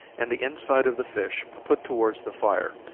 and the inside of the fish put towards the fire,